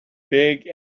big